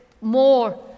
more